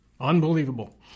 Unbelievable